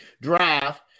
draft